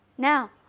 Now